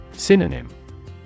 Synonym